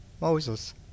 Moses